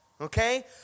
Okay